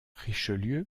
richelieu